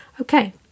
Okay